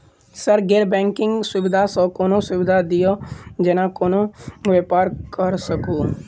Sir गैर banking सुविधा सँ कोनों सुविधा दिए जेना कोनो व्यापार करऽ सकु?